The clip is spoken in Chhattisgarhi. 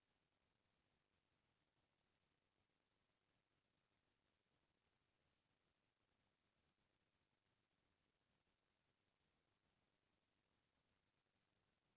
मइनसे मन ह बने ईमान ले समे म पइसा ल छूट देही कहिके बेंक ह लोन ल देथे